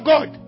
God